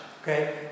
Okay